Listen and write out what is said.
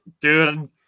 Dude